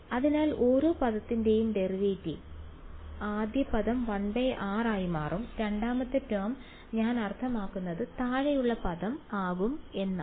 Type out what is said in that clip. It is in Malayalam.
അതിനാൽ ഓരോ പദത്തിന്റെയും ഡെറിവേറ്റീവ് അതിനാൽ ആദ്യ പദം 1r ആയി മാറും രണ്ടാമത്തെ ടേം ഞാൻ അർത്ഥമാക്കുന്നത് താഴെയുള്ള പദം ആകും എന്നാണ്